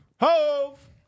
Hove